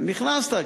נכנסת.